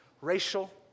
Racial